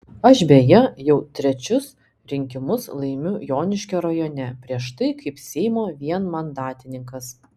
aš beje jau trečius rinkimus laimiu joniškio rajone prieš tai kaip seimo vienmandatininkas